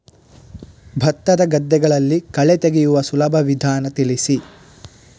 ಭತ್ತದ ಗದ್ದೆಗಳಲ್ಲಿ ಕಳೆ ತೆಗೆಯುವ ಸುಲಭ ವಿಧಾನ ತಿಳಿಸಿ?